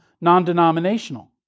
non-denominational